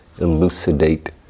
elucidate